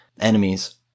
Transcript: enemies